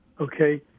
okay